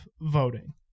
voting